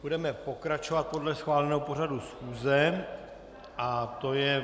Budeme pokračovat podle schváleného pořadu schůze, a to je...